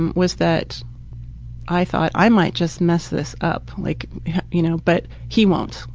and was that i thought i might just mess this up like you know, but he won't.